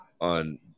on